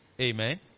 Amen